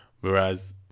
Whereas